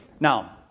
Now